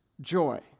joy